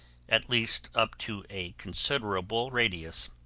at least up to a considerable radius.